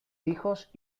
hijos